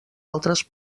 altres